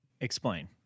explain